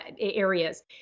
areas